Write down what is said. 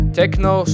techno